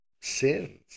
sins